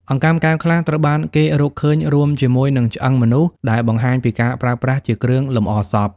អង្កាំកែវខ្លះត្រូវបានគេរកឃើញរួមជាមួយនឹងឆ្អឹងមនុស្ស ដែលបង្ហាញពីការប្រើប្រាស់ជាគ្រឿងលម្អសព។